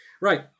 Right